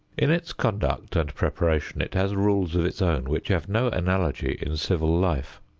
in its conduct and preparation it has rules of its own which have no analogy in civil life.